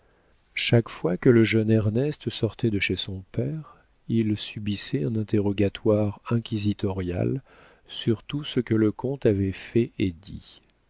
chaque fois que le jeune ernest sortait de chez son père il subissait un interrogatoire inquisitorial sur tout ce que le comte avait fait et dit